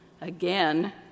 Again